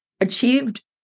achieved